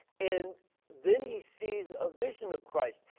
and then he sees a vision of christ.